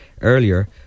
earlier